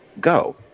go